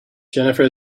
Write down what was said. jennifer